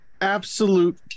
Absolute